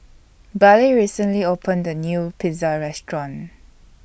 Bailee recently opened A New Pizza Restaurant